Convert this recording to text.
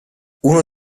uno